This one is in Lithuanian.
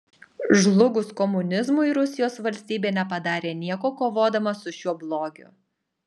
žlugus komunizmui rusijos valstybė nepadarė nieko kovodama su šiuo blogiu